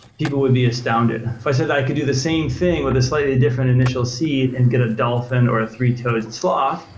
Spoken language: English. people would be astounded. if i said i could do the same thing with a slightly different initial seed and get a dolphin or a three toed sloth,